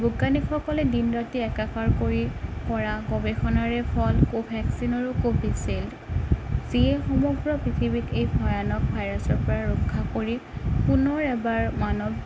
বৈজ্ঞানীকসকলে দিন ৰাতি একাকাৰ কৰি কৰা গৱেষণাৰে ফল কভেক্সিন আৰু কভিছিল্ড যিয়ে সমগ্ৰ পৃথিৱীক এই ভয়ানক ভাইৰাছৰ পৰা ৰক্ষা কৰি পোনৰ এবাৰ মানৱ